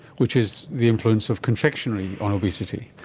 which is the influence of confectionery on obesity.